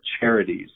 charities